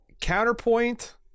counterpoint